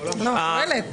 אני שואלת.